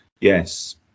yes